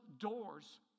doors